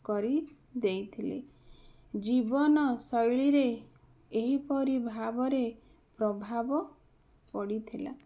କରି ଦେଇଥିଲେ ଜୀବନଶୈଳୀରେ ଏହିପରି ଭାବରେ ପ୍ରଭାବ ପଡ଼ିଥିଲା